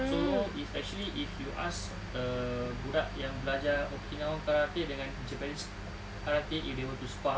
so if actually if you ask a budak yang belajar okinawan karate dengan japanese karate if they were to spar